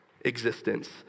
existence